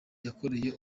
yakoreye